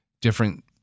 different